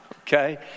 okay